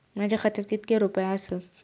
माझ्या खात्यात कितके रुपये आसत?